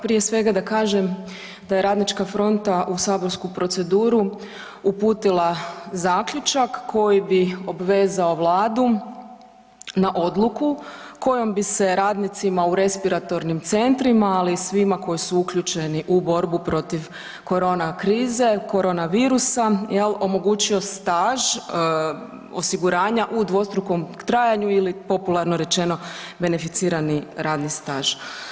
prije svega da kažem da je Radnička fronta u saborsku proceduru uputila zaključak koji bi obvezao Vladu na odluku kojom bi se radnicima u respiratornim centrima, ali i svima koji su uključeni u borbu protiv korona krize, korona viruse omogućio staž osiguranja u dvostrukom trajanju ili popularno rečeno beneficirani radni staž.